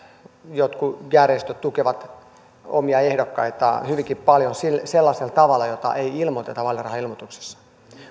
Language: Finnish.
jotkut järjestöt tukevat omia ehdokkaitaan hyvinkin paljon sellaisella tavalla jota ei ilmoiteta vaalirahailmoituksessa